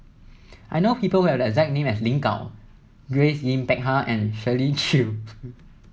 I know people who have the exact name as Lin Gao Grace Yin Peck Ha and Shirley Chew